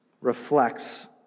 reflects